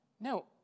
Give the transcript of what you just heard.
No